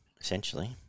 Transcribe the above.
essentially